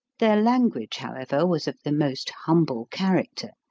their language, however, was of the most humble character.